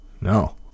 No